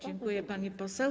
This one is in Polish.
Dziękuję, pani poseł.